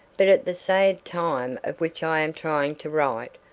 but at the sad time of which i am trying to write,